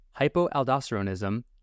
hypoaldosteronism